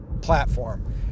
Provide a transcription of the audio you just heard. platform